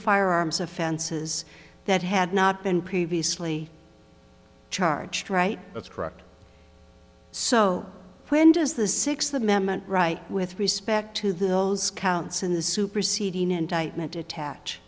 firearms offenses that had not been previously charged right that's correct so when does the sixth amendment right with respect to those counts in the superseding indictment attach